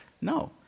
No